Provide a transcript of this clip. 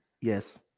Yes